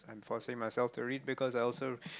I'm forcing myself to read because I also